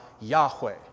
Yahweh